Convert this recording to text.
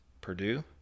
Purdue